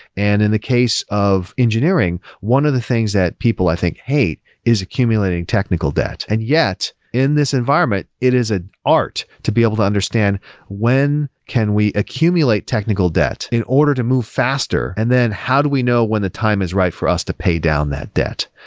and in the case of engineering, one of the things that people i think hate is accumulating technical debt. and yet, in this environment, it is an art to be able to understand when can we accumulate technical debt in order to move faster, and then how do we know when the time is right for us to pay down that debt.